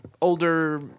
older